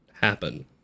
happen